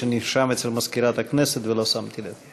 שנרשם אצל מזכירת הכנסת ולא שמתי לב.